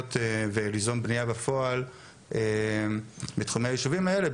תוכניות וליזום בנייה בפועל בתחומי היישובים האלה,